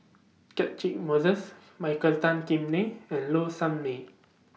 Catchick Moses Michael Tan Kim Nei and Low Sanmay